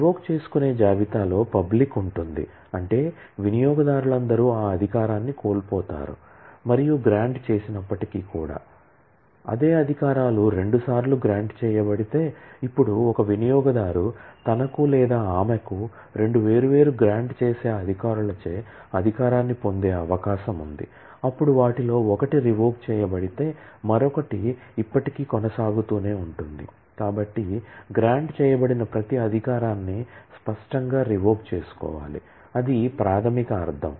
revoke చేసుకునే జాబితాలో public ఉంటుంది అంటే వినియోగదారులందరూ ఆ అధికారాన్ని కోల్పోతారు మరియు గ్రాంట్ చేయబడిన ప్రతి అధికారాన్ని స్పష్టంగా రివోక్ చేసుకోవాలి అది ప్రాథమిక అర్ధం